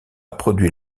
produit